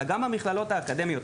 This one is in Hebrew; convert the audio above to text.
אלא גם במכללות האקדמיות.